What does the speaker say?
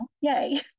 Yay